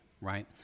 right